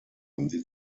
die